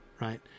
right